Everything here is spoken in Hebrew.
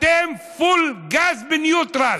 אתם פול גז בניוטרל.